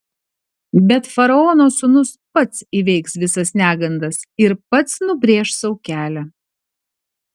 bet faraono sūnus pats įveiks visas negandas ir pats nubrėš sau kelią